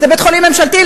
זה בית-חולים ממשלתי?